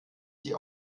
die